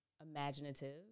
imaginative